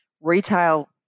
retail